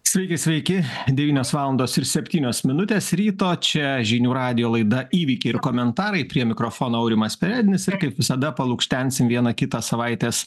sveiki sveiki devynios valandos ir septynios minutės ryto čia žinių radijo laida įvykiai ir komentarai prie mikrofono aurimas perednis ir kaip visada palukštensim vieną kitą savaitės